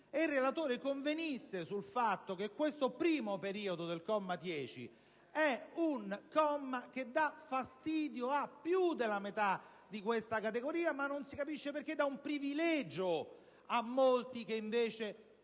dovrebbe convenire sul fatto che questo primo periodo del comma 10 dà fastidio a più della metà della categoria ma, non si capisce perché, dà un privilegio a molti che invece